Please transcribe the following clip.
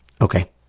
Okay